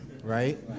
Right